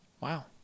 Wow